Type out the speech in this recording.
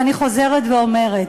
ואני חוזרת ואומרת: